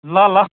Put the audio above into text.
ल ल